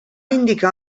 indicar